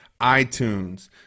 iTunes